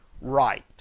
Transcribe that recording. right